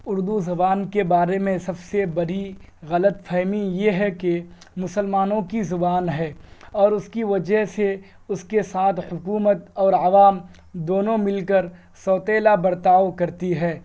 اردو زبان کے بارے میں سب سے بڑی غلط پھہمی یہ ہے کہ مسلمانوں کی زبان ہے اور اس کی وجہ سے اس کے ساتھ حکومت اور عوام دونوں مل کر سوتیلا برتاؤ کرتی ہے